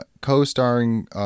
co-starring